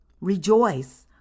Rejoice